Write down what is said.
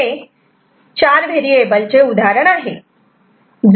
तर हे 4 व्हेरिएबल चे उदाहरण आहे